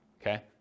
okay